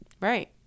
Right